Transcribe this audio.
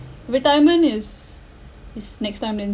retirement is is next time then